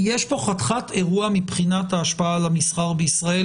יש כאן אירוע מבחינת ההשפעה על המסחר בישראל,